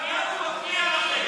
שבג"ץ מפריע לכם.